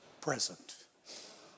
present